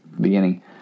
beginning